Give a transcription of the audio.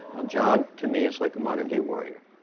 john to me is like a modern day warrior,